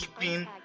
keeping